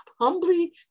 humbly